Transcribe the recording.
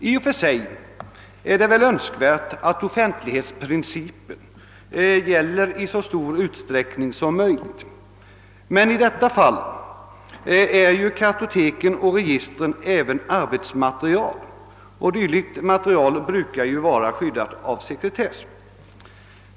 I och för sig är det önskvärt att offentlighetsprincipen tillämpas i så stor utsträckning som möjligt. Men i detta fall är ju uppgifterna i kartoteken även ett arbetsmaterial, och dylikt material brukar vara skyddat av sekretesslagen.